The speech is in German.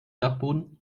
dachboden